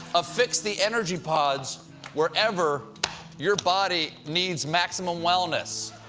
affix the energy pods wherever your body needs maximum wellness.